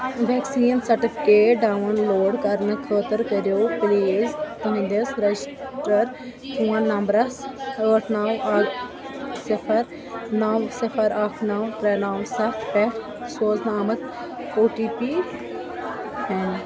vaccine certificate download کرنہٕ خٲطرٕ کٔرِو پٕلیٖز تٕہنٛدِس رَجِسٹَر فون نمبرَس ٲٹھ نَو اَکھ صِفر نَو صِفر اَکھ نَو ترٛےٚ نَو سَتھ پٮ۪ٹھ سوزنہٕ آمُت او ٹی پی اٮ۪ن